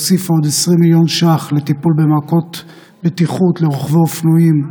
הוסיפה עוד 20 מיליון שקלים לטיפול במעקות בטיחות לרוכבי אופנועים,